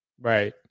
Right